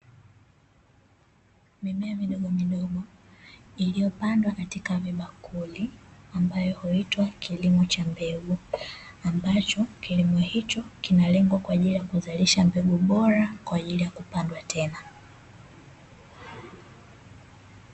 Mimea midogo midogo iliyopandwa katika vibakuli, ambayo huitwa kilimo cha mbegu, ambacho kilimo hicho kinalegwa kwa ajili kuzalisha mbegu bora kwa ajili ya kupandwa tena.